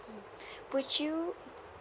mm would you